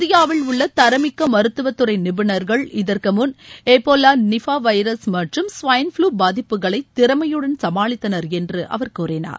இந்தியாவில் உள்ள தரமிக்க மருத்துவ தறை நிபுணர்கள் இதற்கு முன் எபோலா நிஃபா வைரஸ் மற்றும் ஸ்வைன் ப்ளு பாதிப்புகளை திறமையுடன் சமாளித்தனர் என்று அவர் கூறினார்